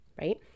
right